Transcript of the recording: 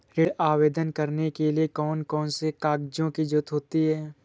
ऋण आवेदन करने के लिए कौन कौन से कागजों की जरूरत होती है?